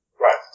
Right